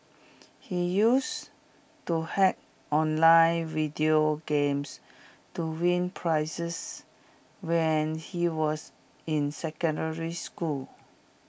he used to hack online video games to win prizes when he was in secondary school